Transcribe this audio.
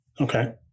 Okay